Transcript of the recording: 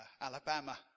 Alabama